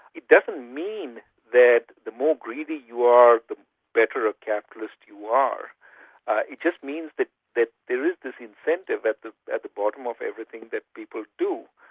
it doesn't mean that the more greedy you are the better a capitalist you are. it just means that there is this incentive at the at the bottom of everything that people do.